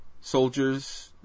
soldier's